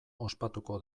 ospatuko